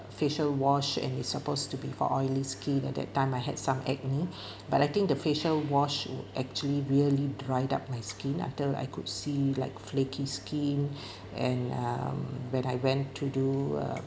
facial wash and it supposed to be for oily skin at that time I had some acne but I think the facial wash were actually really dried up my skin until I could see like flaky skin and um when I went to do a